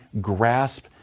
grasp